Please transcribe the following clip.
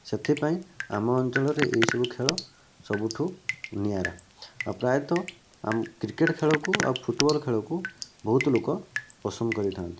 ସେଥିପାଇଁ ଆମ ଅଞ୍ଚଳରେ ଏହିସବୁ ଖେଳ ସବୁଠୁ ନିଆରା ଆଉ ପ୍ରାୟତଃ କ୍ରିକେଟ୍ ଖେଳକୁ ଆଉ ଫୁଟ୍ବଲ୍ ଖେଳକୁ ବହୁତ ଲୋକ ପସନ୍ଦ କରିଥାନ୍ତି